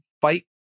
fight